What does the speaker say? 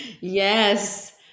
Yes